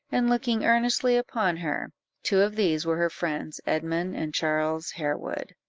and looking earnestly upon her two of these were her friends, edmund and charles harewood.